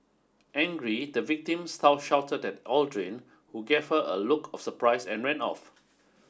angry the victim shouted shouted at Aldrin who gave her a look of surprise and ran off